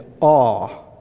awe